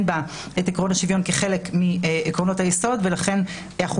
בה את עיקרון השוויון כחלק מעקרונות היסוד החוקתיים,